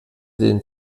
den